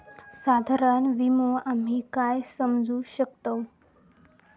साधारण विमो आम्ही काय समजू शकतव?